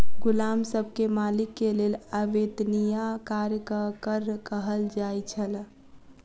गुलाम सब के मालिक के लेल अवेत्निया कार्यक कर कहल जाइ छल